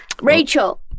Rachel